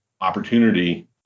opportunity